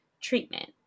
treatment